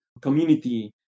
community